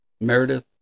Meredith